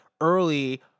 early